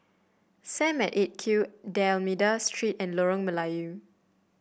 Sam at Eight Q D'Almeida Street and Lorong Melayu